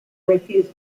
refused